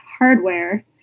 hardware